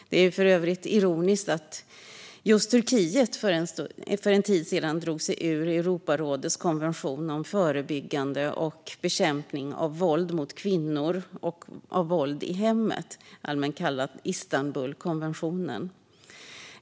Det är för övrigt ironiskt att just Turkiet för en tid sedan drog sig ur Europarådets konvention om förebyggande och bekämpning av våld mot kvinnor och av våld i hemmet, allmänt kallad Istanbulkonventionen.